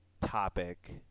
topic